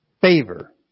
favor